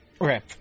Okay